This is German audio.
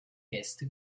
gäste